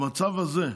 במצב הזה,